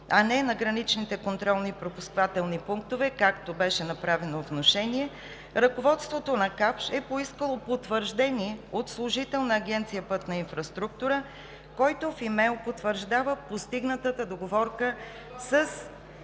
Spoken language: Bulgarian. а не на граничните контролно-пропускателни пунктове, както беше направено внушение, ръководството на „Капш“ е поискало потвърждение от служител на Агенция „Пътна инфраструктура“, който в имейл потвърждава постигната договорка с